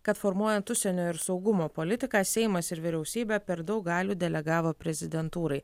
kad formuojant užsienio ir saugumo politiką seimas ir vyriausybė per daug galių delegavo prezidentūrai